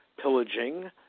pillaging